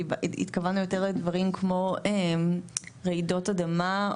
התכוונו יותר למקרים כמו רעידות אדמה,